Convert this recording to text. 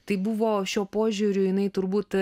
tai buvo šiuo požiūriu jinai turbūt